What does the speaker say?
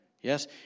Yes